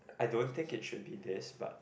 I don't think it should be this but